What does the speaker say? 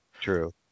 true